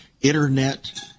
internet